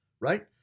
right